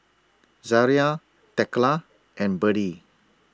Zariah Thekla and Birdie